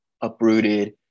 uprooted